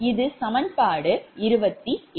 இது சமன்பாடு 28